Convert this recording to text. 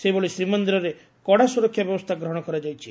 ସେହିଭଳି ଶ୍ରୀମନ୍ଦିରରେ କଡ଼ା ସୁରକ୍ଷା ବ୍ୟବସ୍କା ଗ୍ରହଣ କରାଯାଇଛି